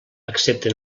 excepte